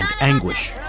anguish